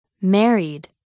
Married